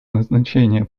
назначение